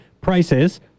prices